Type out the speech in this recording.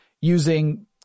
using